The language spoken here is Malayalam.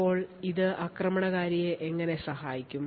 അപ്പോൾ ഇത് ആക്രമണകാരിയെ എങ്ങനെ സഹായിക്കും